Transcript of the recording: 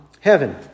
heaven